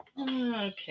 Okay